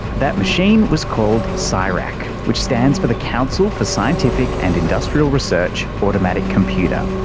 that machine was called so csirac, which stands for the council for scientific and industrial research automatic computer,